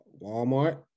Walmart